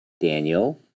Daniel